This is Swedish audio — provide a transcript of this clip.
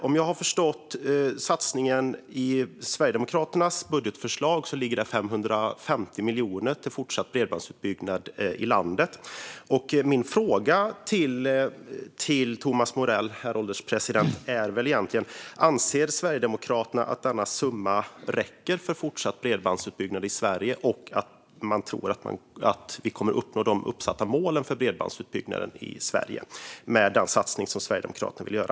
Om jag har förstått satsningen i Sverigedemokraternas budgetförslag är det 550 miljoner till fortsatt bredbandsutbyggnad i landet. Min fråga till Thomas Morell, herr ålderspresident, är egentligen: Anser Sverigedemokraterna att denna summa räcker för fortsatt bredbandsutbyggnad i Sverige, och tror man att vi kommer att nå de uppsatta målen för bredbandsutbyggnaden i Sverige med den satsning som Sverigedemokraterna vill göra?